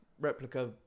replica